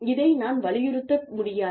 இதை நான் வலியுறுத்த முடியாது